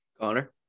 Connor